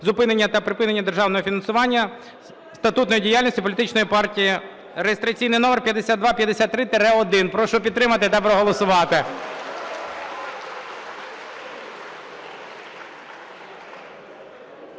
зупинення та припинення державного фінансування статутної діяльності політичної партії (реєстраційний номер 5253-1). Прошу підтримати та проголосувати.